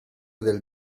del